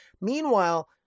Meanwhile